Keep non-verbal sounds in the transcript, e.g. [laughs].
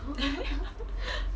[laughs]